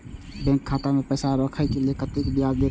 Bank खाता में पैसा राखे से कतेक ब्याज देते बैंक?